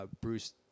Bruce